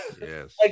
Yes